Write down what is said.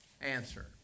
answer